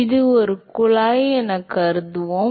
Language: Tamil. எனவே ஒரு குழாய் சரி என்று கருதுவோம்